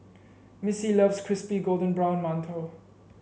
Missy loves Crispy Golden Brown Mantou